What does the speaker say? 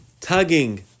tugging